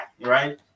right